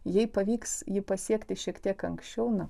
jei pavyks jį pasiekti šiek tiek anksčiau na